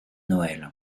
noël